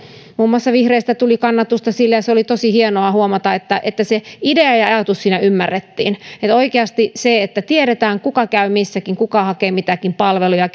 muun muassa vihreistä tuli kannatusta sille ja oli tosi hienoa huomata että että se idea ja ja ajatus siinä ymmärrettiin että oikeasti sillä että tiedetään kuka käy missäkin kuka hakee mitäkin palveluja